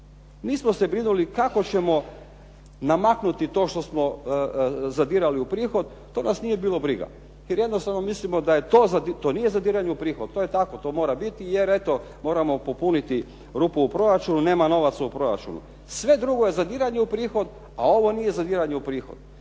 Nismo se brinuli kako ćemo namaknuti to što smo zadirali u prihod, to nas nije bilo briga jer jednostavno mislimo da je to, to nije zadiranje u prihod, to je tako, to mora biti jer eto moramo popuniti rupu u proračunu, nema novaca u proračunu. Sve drugo je zadiranje u prihod, a ovo nije zadiranje u prihod.